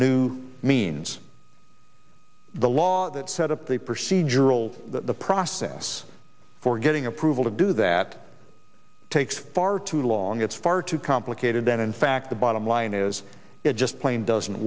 new means the law that set up the procedural the process for getting approval to do that takes far too long it's far too complicated and in fact the bottom line is it just plain doesn't